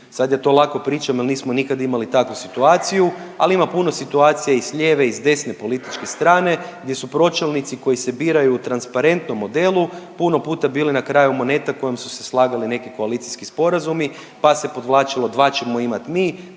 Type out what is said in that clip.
sad ja to lako pričam jer nismo nikad imali takvu situaciju, ali ima puno situacija i s lijeve i desne političke strane gdje su pročelnici koji se biraju u transparentnom modelu puno puta bili na kraju moneta kojom su se slagali neki koalicijski sporazumi, pa se podvlačilo, 2 ćemo imati mi,